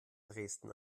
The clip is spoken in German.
dresden